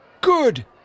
Good